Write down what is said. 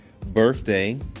Birthday